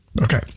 okay